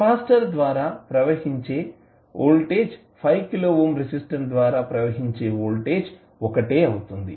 capacitor కు apply చేయబడిన voltage resistance కు అప్లై చేయబడిన ఓల్టేజ్ఒకటే అవుతుంది